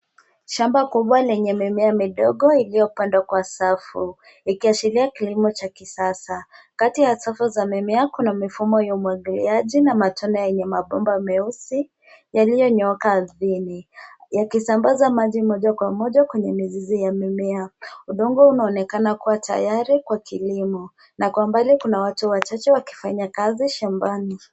Shamba kubwa lenye mimea midogo iliyopandwa kwa safu. Ikiashiria kilimo cha kisasa. Kati ya safu za mimea kuna mifumo ya umwagiliaji na matone yenye mabomba meusi, yaliyonyooka ardhini. Yakisambaza maji moja kwa moja kwenye mizizi ya mimea. Udongo unaonekana kuwa tayari kwa kilimo, na kwa mbali kuna watu wachache wakifanya kazi shambani.